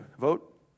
Vote